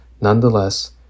Nonetheless